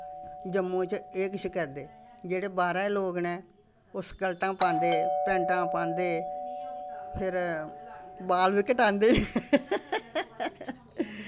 जम्मू च एह् किश करदे जेह्ड़े बाह्रै दे लोक न ओह् स्कल्टां पांदे पैंटां पांदे फिर बाल बी कटांदे